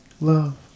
Love